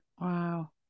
Wow